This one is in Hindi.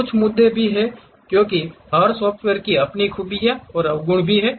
कुछ मुद्दे भी हैं क्योंकि हर सॉफ्टवेयर की अपनी खूबियां हैं और अवगुण भी हैं